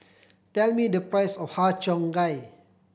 tell me the price of Har Cheong Gai